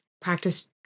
practice